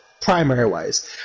primary-wise